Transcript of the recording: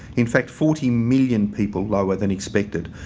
in fact, forty million people lower than expected.